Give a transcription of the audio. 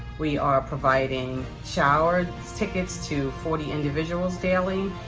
we are providing shower tickets to forty individuals daily,